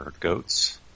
goats